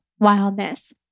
wildness